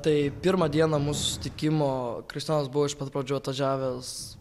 tai pirmą dieną mūsų susitikimo kristijonas buvo iš pat pradžių atvažiavęs